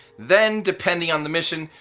then, depending on the mission,